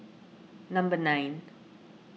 number nine